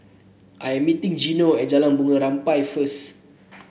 I am meeting Gino at Jalan Bunga Rampai first